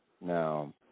Now